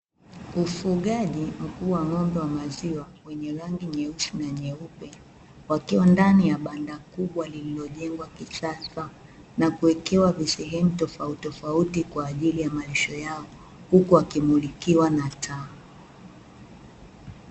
Ufugaji mkubwa wa ng'ombe wa maziwa wenye rangi nyeusi na nyeupe, wakiwa ndani ya banda kubwa lililojengwa kisasa, na kuwekewa visehemu tofauti tofauti kwaajili ya malisho yao, huku wakimulikiwa na taa.